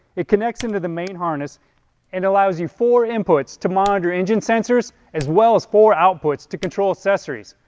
it connects into the main harness and allows you four inputs to monitor engine sensors, as well as four outputs to control accessories.